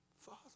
Father